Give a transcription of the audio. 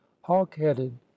hawk-headed